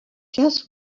just